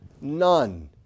None